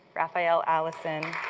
raphael allison